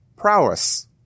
Prowess